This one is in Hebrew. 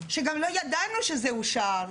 שגם לא ידענו שזה אושר,